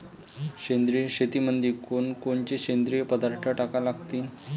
सेंद्रिय शेतीमंदी कोनकोनचे सेंद्रिय पदार्थ टाका लागतीन?